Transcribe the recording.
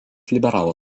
liberalų